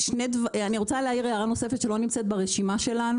אני רוצה להעיר הערה נוספת שלא נמצאת ברשימה שלנו.